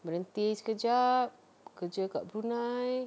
berhenti sekejap kerja kat brunei